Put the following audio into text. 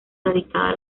radicada